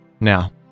now